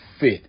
fit